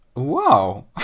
wow